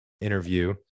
interview